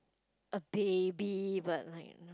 a baby but like